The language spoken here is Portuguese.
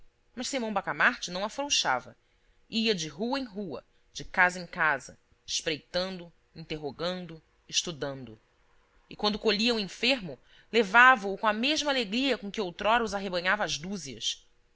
mas simão bacamarte não afrouxava ia de rua em rua de casa em casa espreitando interrogando estudando e quando colhia um enfermo levava-o com a mesma alegria com que outrora os arrebanhava às dúzias